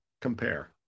compare